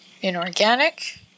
inorganic